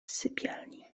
sypialni